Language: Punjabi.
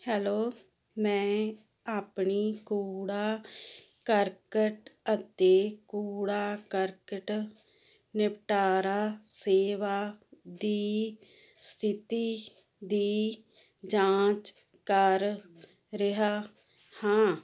ਹੈਲੋ ਮੈਂ ਆਪਣੀ ਕੂੜਾ ਕਰਕਟ ਅਤੇ ਕੂੜਾ ਕਰਕਟ ਨਿਪਟਾਰਾ ਸੇਵਾ ਦੀ ਸਥਿਤੀ ਦੀ ਜਾਂਚ ਕਰ ਰਿਹਾ ਹਾਂ